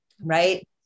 Right